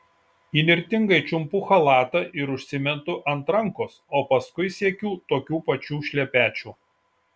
įnirtingai čiumpu chalatą ir užsimetu ant rankos o paskui siekiu tokių pačių šlepečių